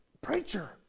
Preacher